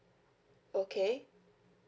okay